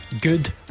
Good